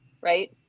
right